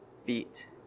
feet